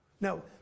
Now